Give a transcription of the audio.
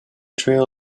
trail